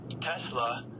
Tesla